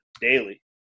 daily